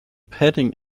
padding